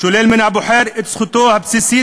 שולל מן הבוחר את זכותו הבסיסית